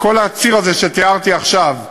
כל הציר הזה שתיארתי עכשיו,